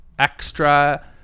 Extra